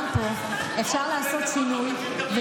למה צריך את הדפים האלה?